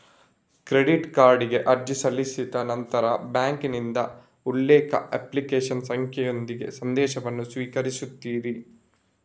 credit ಕಾರ್ಡಿಗೆ ಅರ್ಜಿ ಸಲ್ಲಿಸಿದ ನಂತರ ಬ್ಯಾಂಕಿನಿಂದ ಉಲ್ಲೇಖ, ಅಪ್ಲಿಕೇಶನ್ ಸಂಖ್ಯೆಯೊಂದಿಗೆ ಸಂದೇಶವನ್ನು ಸ್ವೀಕರಿಸುತ್ತೀರಿ